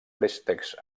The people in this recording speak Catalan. préstecs